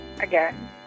again